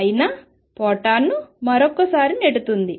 అయిన ఫోటాన్ను మరొకసారి నెట్టుతుంది